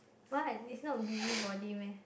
what it's not a busybody meh